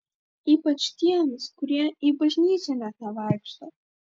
ypač tiems kurie į bažnyčią net nevaikšto